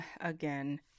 again